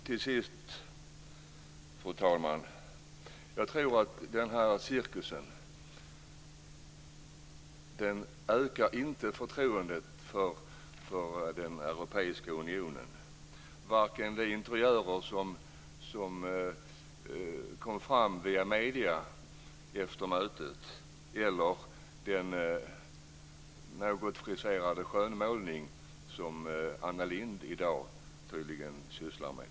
Till sist: Jag tror inte att den här cirkusen ökar förtroendet för den europeiska unionen, varken de interiörer som kom fram via medierna efter mötet eller den något friserade skönmålning som Anna Lindh i dag tydligen sysslar med.